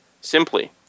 Simply